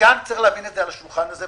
וצריך להבין את זה על השולחן הזה,